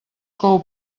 cou